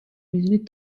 მიზნით